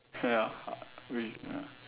ya uh we ya